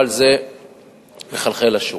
אבל זה מחלחל לשוק.